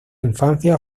infancia